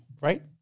right